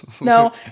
no